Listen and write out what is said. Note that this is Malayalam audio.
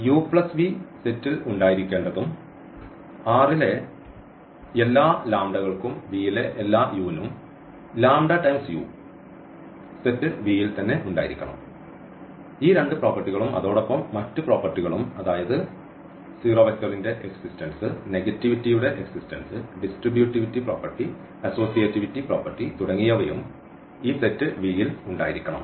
u v സെറ്റിൽ ഉണ്ടായിരിക്കേണ്ടതും R ലെ എല്ലാ ൾക്കും V യിലെ എല്ലാ u നും ടൈംസ് u സെറ്റ് V ൽ ഉണ്ടായിരിക്കണം ഈ രണ്ട് പ്രോപ്പർട്ടികളും അതോടൊപ്പം മറ്റ് പ്രോപ്പർട്ടികളും അതായത് 0 വെക്റ്ററിന്റെ എക്സിസ്റ്റൻസ് നെഗറ്റീവിറ്റിയുടെ existence distributivity property associativity property തുടങ്ങിയവയും ഈ സെറ്റ് V യിൽ ഉണ്ടായിരിക്കണം